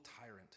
tyrant